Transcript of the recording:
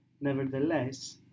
Nevertheless